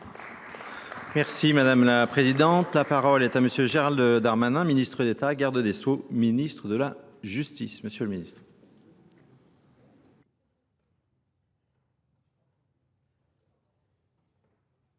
Merci Madame la Présidente. La parole est à Monsieur Gérald Darmanin, Ministre d'État, Garde des Sceaux, Ministre de la Justice. Monsieur le Ministre